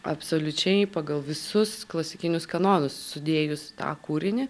absoliučiai pagal visus klasikinius kanonus sudėjus tą kūrinį